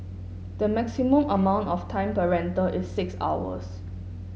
the maximum amount of time per rental is six hours